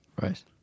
Right